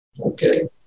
okay